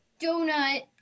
donut